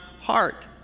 heart